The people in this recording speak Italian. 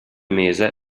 mese